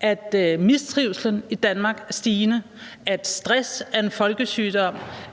at mistrivslen i Danmark er stigende; at stress er en folkesygdom;